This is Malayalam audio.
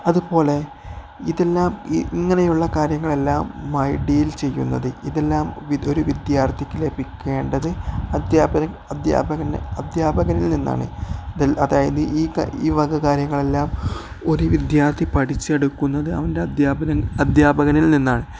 അതുപോലെ ഇതെല്ലാം ഇങ്ങനെയുള്ള കാര്യങ്ങളെല്ലാം മൈ ഡീൽ ചെയ്യുന്നത് ഇതെല്ലാം ഒരു വിദ്യാർത്ഥിക്ക് ലഭിക്കേണ്ടത് അദ്ധ്യാപക അധ്യാപക അധ്യാപകനിൽ നിന്നാണ് അതായത് ഈ ഈ വക കാര്യങ്ങളെല്ലാം ഒരു വിദ്യാർത്ഥി പഠിച്ചെടുക്കുന്നത് അവൻ്റെ അധ്യാപകൻ അധ്യാപകനിൽ നിന്നാണ്